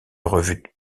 revue